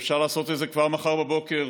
אפשר לעשות זאת כבר מחר בבוקר.